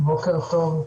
בוקר טוב,